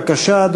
בבקשה,